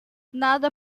nada